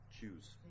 choose